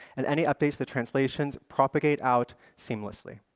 and any updates, the translations propagate out seamlessly.